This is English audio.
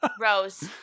Rose